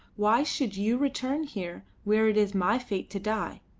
why should you return here where it is my fate to die?